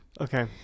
okay